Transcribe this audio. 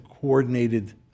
coordinated